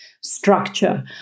structure